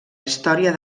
història